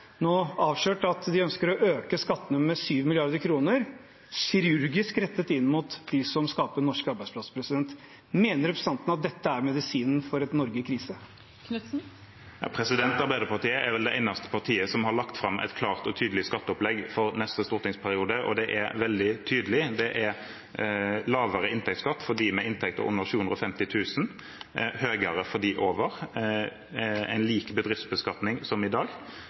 nå avslørt at de ønsker å øke skattene med 7 mrd. kr – kirurgisk rettet inn mot dem som skaper norske arbeidsplasser. Mener representanten at dette er medisinen for et Norge i krise? Arbeiderpartiet er vel det eneste partiet som har lagt fram et klart og tydelig skatteopplegg for neste stortingsperiode. Det er veldig tydelig. Det er lavere inntektsskatt for dem med inntekter under 750 000 kr, høyere for dem over, en lik bedriftsbeskatning som i dag.